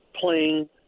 playing